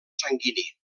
sanguini